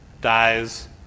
dies